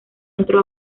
entró